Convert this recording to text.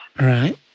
Right